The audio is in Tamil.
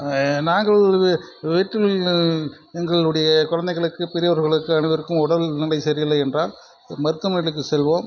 நாங்கள் வீட்டில் உள்ள எங்களுடைய குழந்தைங்களுக்கு பெரியவர்களுக்கு அனைவருக்கும் உடல்நிலை சரியில்லை என்றால் மருத்துவமனைக்கு செல்வோம்